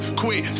quit